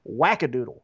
wackadoodle